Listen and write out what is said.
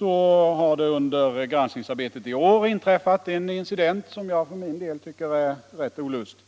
har det under granskningsarbetet i år inträffat en incident som jag för min del tycker är rätt olustig.